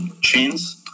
chains